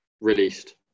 released